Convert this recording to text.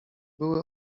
były